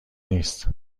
نیست